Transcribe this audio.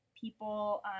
people